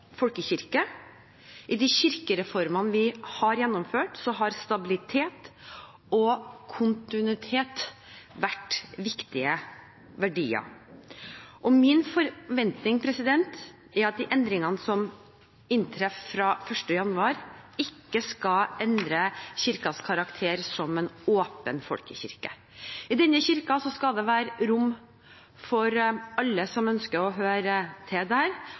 folkekirke. I de kirkereformene vi har gjennomført, har stabilitet og kontinuitet vært viktige verdier. Min forventning er at de endringene som inntreffer fra 1. januar, ikke skal endre Kirkens karakter som en åpen folkekirke. I denne kirken skal det være rom for alle som ønsker å høre til